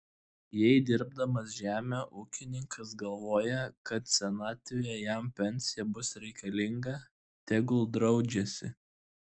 jei dirbdamas žemę ūkininkas galvoja kad senatvėje jam pensija bus reikalinga tegul draudžiasi